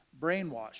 brainwashed